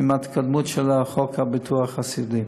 להתקדמות של חוק הביטוח הסיעודי.